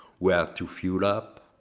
where to fuel up,